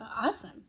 awesome